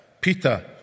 Peter